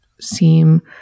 seem